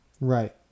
Right